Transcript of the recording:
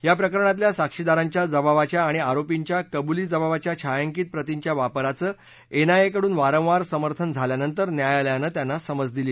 या प्रकरणातल्या साक्षीदारांच्या जबाबाच्या आणि आरोपींच्या कबुलीजबाबाच्या छायांकित प्रतींच्या वापराचं एनआयएकडून वारंवार समर्थन झाल्यानंतर न्यायालयानं त्यांना समज दिली